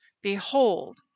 Behold